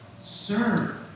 serve